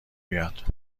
بیاد